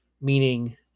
Meaning